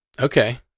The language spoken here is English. Okay